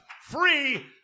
free